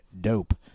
dope